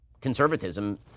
conservatism